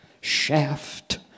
Shaft